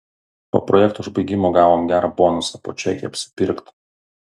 po projekto užbaigimo gavom gerą bonusą po čekį apsipirkt